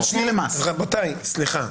רבותיי, סליחה.